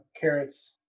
carrots